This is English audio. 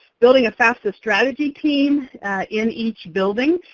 building a fafsa strategy team in each building.